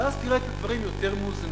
ואז תראה את הדברים יותר מאוזנים.